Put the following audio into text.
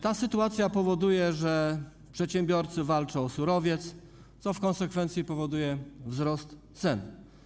Ta sytuacja powoduje, że przedsiębiorcy walczą o surowiec, co w konsekwencji powoduje wzrost cen.